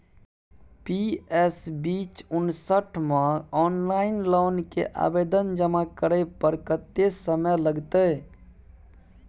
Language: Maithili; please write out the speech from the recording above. पी.एस बीच उनसठ म ऑनलाइन लोन के आवेदन जमा करै पर कत्ते समय लगतै?